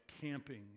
camping